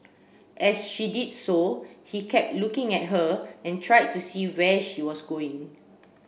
as she did so he kept looking at her and tried to see where she was going